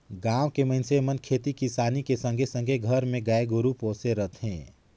गाँव के मइनसे मन खेती किसानी के संघे संघे घर मे गाय गोरु पोसे रथें